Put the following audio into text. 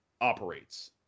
operates